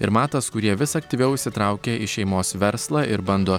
ir matas kurie vis aktyviau įsitraukia į šeimos verslą ir bando